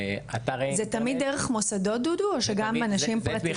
אתרי --- זה נעשה תמיד דרך מוסדות דודו או גם אנשים פרטיים?